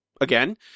again